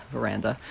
Veranda